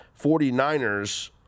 49ers